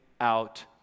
out